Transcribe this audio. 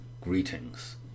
greetings